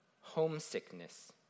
homesickness